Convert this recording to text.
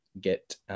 get